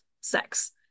sex